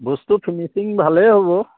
বস্তু ফিনিচিং ভালেই হ'ব